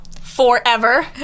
forever